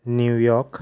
New York